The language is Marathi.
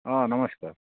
हा नमस्कार